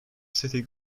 city